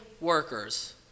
workers